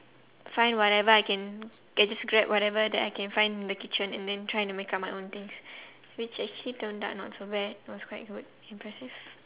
find whatever I can I just grab whatever that I can find in the kitchen and then try to make up my own things which actually turned out not so bad was quite good impressive